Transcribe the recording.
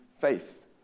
faith